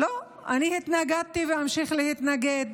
לא, אני התנגדתי ואמשיך להתנגד.